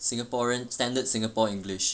singaporean standard singapore english